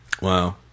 Wow